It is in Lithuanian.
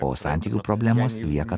o santykių problemos lieka